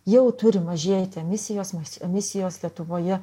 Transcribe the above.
jau turi mažėti emisijos mes emisijos lietuvoje